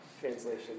translation